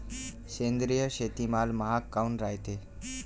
सेंद्रिय शेतीमाल महाग काऊन रायते?